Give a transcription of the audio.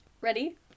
ready